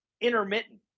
intermittent